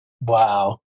Wow